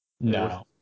No